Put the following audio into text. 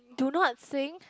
do not sing